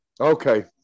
Okay